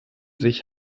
sich